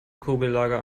kugellager